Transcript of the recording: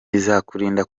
bizakurinda